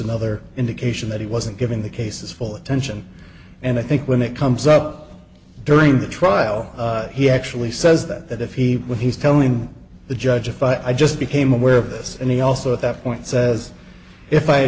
another indication that he wasn't giving the cases full attention and i think when it comes up during the trial he actually says that if he when he's telling the judge if i just became aware of this and he also at that point says if i